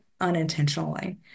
unintentionally